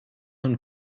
und